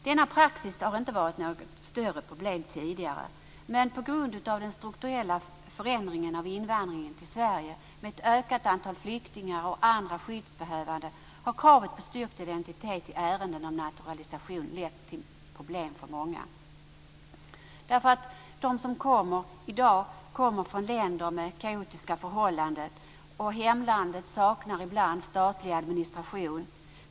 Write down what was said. Denna praxis har inte varit något större problem tidigare. På grund av den strukturella förändringen av invandringen till Sverige, med en ökande andel flyktingar och andra skyddsbehövande, har dock kravet på styrkt identitet i ärenden om naturalisation lett till problem för många. De som kommer hit i dag kommer från länder med kaotiska förhållanden. Hemlandet saknar ibland statlig administration.